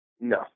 No